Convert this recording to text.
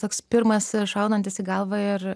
toks pirmas šaunantis į galvą ir